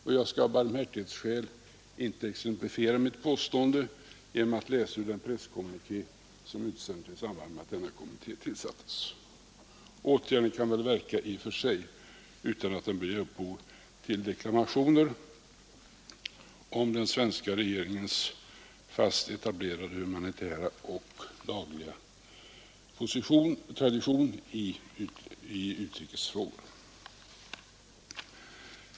Av barmhärtighetsskäl skall jag inte exemplifiera mitt påstående genom att läsa ur den presskommuniké som utsändes i samband med att nämnda utredning tillsattes. Åtgärden kunde väl verka i och för sig, utan att den behövde ge upphov till deklamationer om den svenska regeringens fast etablerade humanitära och lagliga tradition i utrikesfrågor.